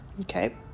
Okay